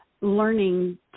learning